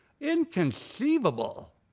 Inconceivable